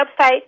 website